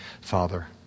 Father